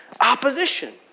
opposition